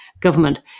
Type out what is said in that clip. government